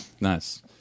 Nice